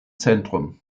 zentrum